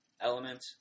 element